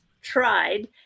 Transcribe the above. tried